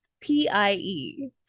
P-I-E